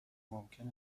ممکن